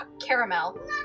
caramel